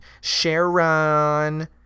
Sharon